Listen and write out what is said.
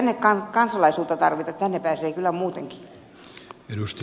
ei tänne kansalaisuutta tarvita tänne pääsee kyllä muutenkin